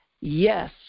yes